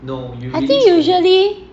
I think usually